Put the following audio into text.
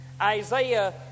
Isaiah